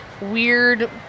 weird